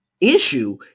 issue